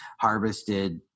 harvested